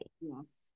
Yes